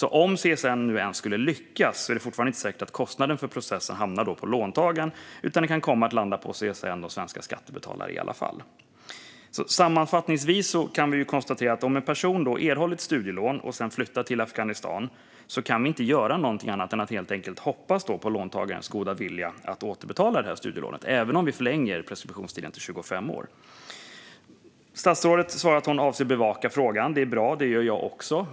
Om CSN ens skulle lyckas är det fortfarande inte säkert att kostnaden för processen hamnar på låntagaren utan den kan komma att landa på CSN och svenska skattebetalare i alla fall. Sammanfattningsvis kan vi konstatera att om en person erhållit studielån och sedan flyttar till Afghanistan kan vi inte göra något annat än att helt enkelt hoppas på låntagarens goda vilja att återbetala studielånet, även om vi förlänger preskriptionstiden till 25 år. Statsrådet svarar att hon avser att bevaka frågan. Det är bra, och det gör jag också.